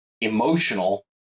emotional